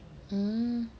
hmm